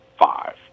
five